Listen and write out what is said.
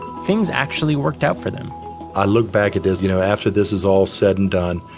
things actually worked out for them i look back at this, you know, after this is all said and done,